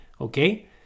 okay